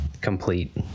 complete